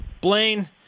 Blaine